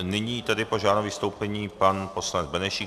Nyní tedy požádám o vystoupení pana poslance Benešíka.